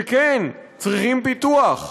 כן, הם צריכים פיתוח,